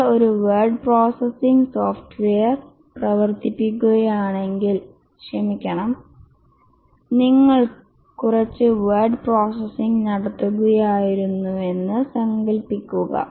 നിങ്ങൾ ഒരു word processing software പ്രവർത്തിപ്പിക്കുകയാണെങ്കിൽ ക്ഷമിക്കണം നിങ്ങൾ കുറച്ച് വേർഡ് പ്രോസസ്സിംഗ് നടത്തുകയായിരുന്നുവെന്ന് സങ്കൽപ്പിക്കുക